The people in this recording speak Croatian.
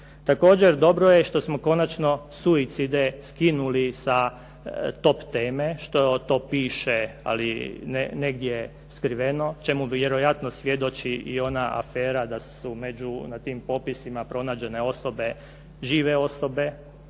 Također, dobro je što smo konačno suicide skinuli sa top teme, što to piše, ali negdje skriveno, čemu vjerojatno svjedoči i ona afera da su na tim popisima pronađene osobe, žive osobe.